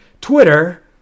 Twitter